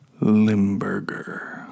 Limburger